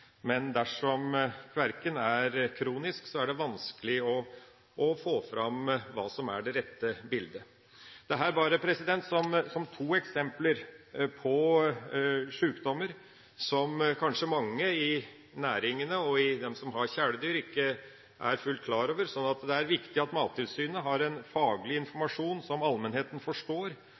men dersom kverken er kronisk, er det vanskelig å få fram hva som er det rette bildet. Dette er to eksempler på sjukdommer som kanskje mange i næringene og de som har kjæledyr, ikke er fullt klar over. Det er viktig at Mattilsynet har en faglig informasjon som allmennheten forstår,